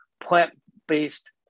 plant-based